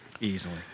Easily